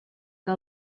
que